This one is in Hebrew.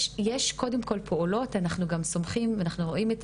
יש קודם כל פעולות ואנחנו גם סומכים ואנחנו רואים את